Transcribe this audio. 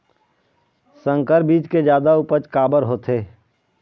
संकर बीज के जादा उपज काबर होथे?